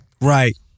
Right